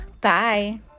Bye